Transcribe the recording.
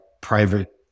private